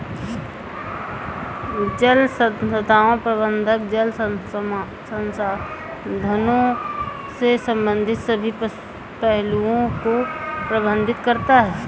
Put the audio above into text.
जल संसाधन प्रबंधन जल संसाधनों से संबंधित सभी पहलुओं को प्रबंधित करता है